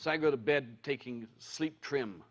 so i go to bed taking sleep trim